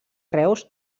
reus